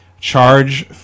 charge